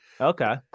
okay